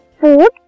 food